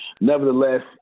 Nevertheless